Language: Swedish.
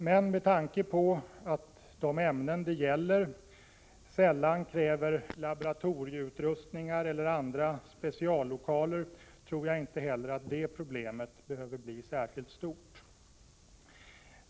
Men med tanke på att de ämnen som det gäller sällan kräver laboratorieutrustningar eller andra speciallokaler, tror jag inte heller att det problemet behöver bli särskilt stort.